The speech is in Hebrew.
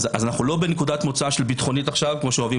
אנו לא בנקודת מוצא ביטחונית של ביטחונית כפי שאוהבים